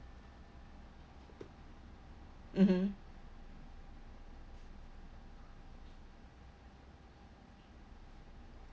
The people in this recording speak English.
mmhmm